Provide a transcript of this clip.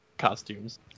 costumes